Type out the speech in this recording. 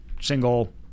single